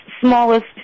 smallest